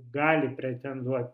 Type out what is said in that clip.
gali pretenduot